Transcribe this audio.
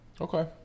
okay